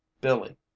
Billy